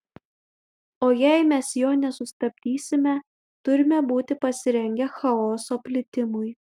o jei mes jo nesustabdysime turime būti pasirengę chaoso plitimui